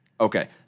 Okay